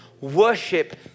Worship